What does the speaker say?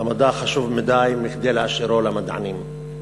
המדע חשוב מכדי להשאירו למדענים.